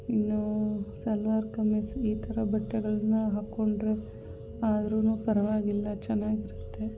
ಇನ್ನು ಸಲ್ವಾರ್ ಕಮೀಸ್ ಈ ಥರ ಬಟ್ಟೆಗಳನ್ನ ಹಾಕ್ಕೊಂಡ್ರೆ ಆದರೂ ಪರವಾಗಿಲ್ಲ ಚೆನ್ನಾಗಿರುತ್ತೆ